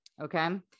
okay